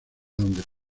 donde